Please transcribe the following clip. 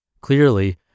Clearly